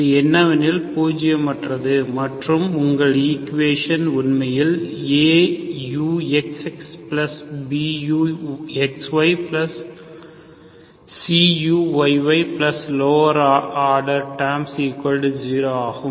இது என்னவெனில் பூஜ்யமற்றது மற்றும் உங்கள் ஈக்குவேஷன் உண்மையில் AuxxBuxyCuyylower order terms0 ஆகும்